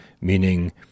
meaning